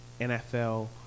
nfl